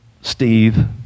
Steve